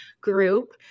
group